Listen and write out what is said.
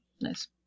nice